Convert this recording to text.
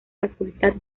facultad